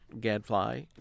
Gadfly